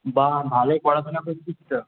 বাহ ভালোই পড়াশোনা করছিস তো